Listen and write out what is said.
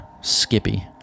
Skippy